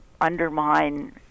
undermine